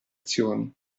azioni